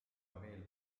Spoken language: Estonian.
veel